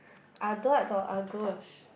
ah though I thought ah